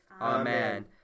Amen